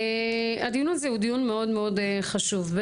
הדיון הזה הוא מאוד מאוד חשוב.